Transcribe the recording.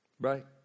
Right